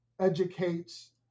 educates